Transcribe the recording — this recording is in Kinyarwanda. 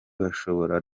bashobora